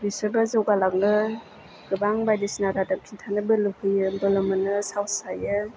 बिसोरबो जौगालाङो गोबां बायदिसिना रादाब खिन्थानो बोलो फैयो बोलो मोनो साहस हायो